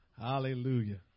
hallelujah